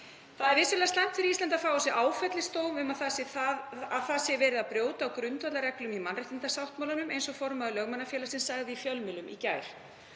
Það er vissulega slæmt fyrir Ísland að fá á sig þann áfellisdóm að það sé verið að brjóta á grundvallarreglum í mannréttindasáttmálanum eins og formaður Lögmannafélagsins sagði í fjölmiðlum í gær.